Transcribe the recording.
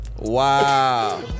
Wow